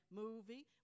movie